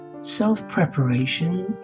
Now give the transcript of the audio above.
Self-preparation